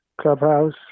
clubhouse